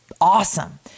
awesome